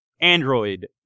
Android